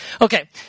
Okay